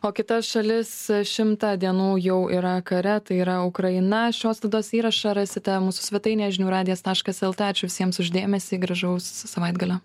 o kita šalis šimtą dienų jau yra kare tai yra ukraina šios laidos įrašą rasite mūsų svetainėje žinių radijas taškas el tė ačiū visiems už dėmesį gražaus savaitgalio